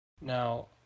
Now